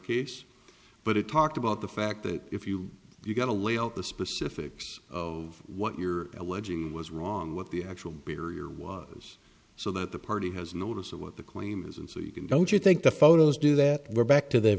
piece but it talked about the fact that if you you got to lay out the specifics of what you're alleging was wrong with the actual barrier was so that the party has notice of what the claim is and so you can don't you think the photos do that we're back to the